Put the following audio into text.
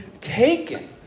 taken